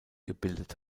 gebildet